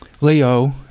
Leo